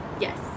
Yes